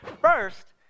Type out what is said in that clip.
first